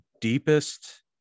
deepest